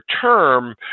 term